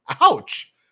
ouch